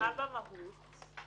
ומה במהות?